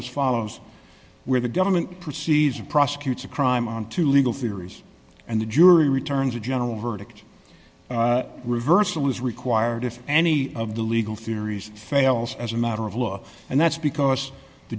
as follows where the government proceeds prosecutes a crime onto legal theories and the jury returns a general verdict reversal is required if any of the legal theories fails as a matter of law and that's because the